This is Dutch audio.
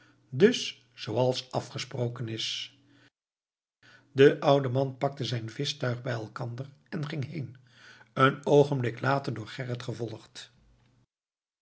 dus zooals afgesproken is de oude man pakte zijn vischtuig bij elkander en ging heen een oogenblik later door gerrit gevolgd